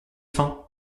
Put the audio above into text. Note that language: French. faim